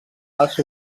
els